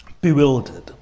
bewildered